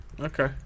Okay